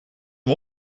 hem